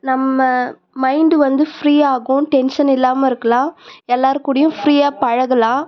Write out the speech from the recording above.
நம்ம மைண்ட் வந்து ஃப்ரீ ஆகும் டென்ஷன் இல்லாமல் இருக்கலாம் எல்லார் கூடயும் ஃப்ரீயாக பழகலாம்